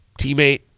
teammate